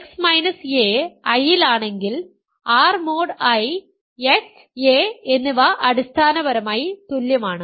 x a I ൽ ആണെങ്കിൽ R mod I x a എന്നിവ അടിസ്ഥാനപരമായി തുല്യമാണ്